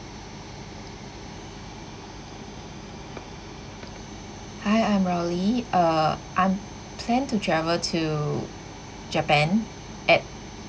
hi I am riley uh I'm plan to travel to japan at